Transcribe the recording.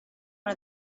one